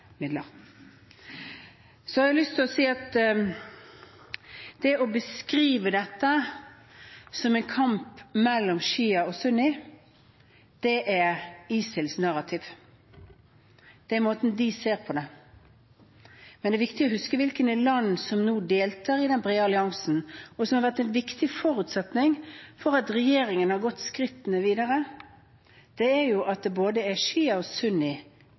midler. Så har jeg lyst til å si at det å beskrive dette som en kamp mellom sjia og sunni er ISILs narrativ; det er måten de ser på det på. Men det er viktig å huske hvilke land som nå deltar i den brede alliansen, og som har vært en viktig forutsetning for at regjeringen har gått skrittene videre: Både sjialand og sunniland i de arabiske områdene gjør det. Når Bahrain, Jordan, Qatar, Saudi-Arabia og